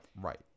right